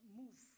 move